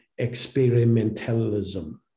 experimentalism